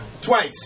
Twice